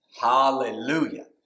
Hallelujah